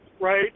right